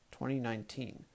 2019